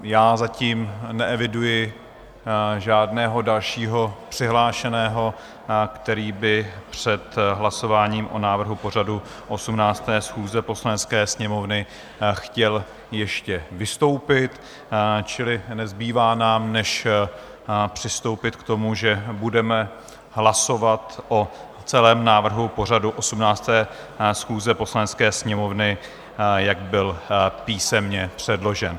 Já zatím neeviduji žádného dalšího přihlášeného, který by před hlasováním o návrhu pořadu 18. schůze Poslanecké sněmovny chtěl ještě vystoupit, čili nezbývá nám než přistoupit k tomu, že budeme hlasovat o celém návrhu pořadu 18. schůze Poslanecké sněmovny, jak byl písemně předložen.